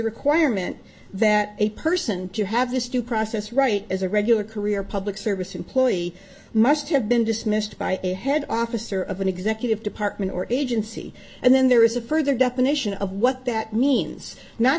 requirement that a person to have this due process right as a regular career public service employee must have been dismissed by a head office or of an executive department or agency and then there is a further definition of what that means not